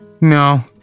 No